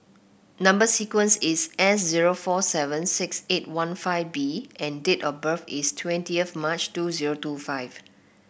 number sequence is S zero four seven six eight one five B and date of birth is twentieth March two zero two five